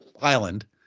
Island